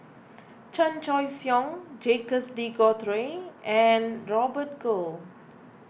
Chan Choy Siong Jacques De Coutre and Robert Goh